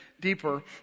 deeper